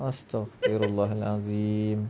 astaghfirullahalazim